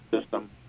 system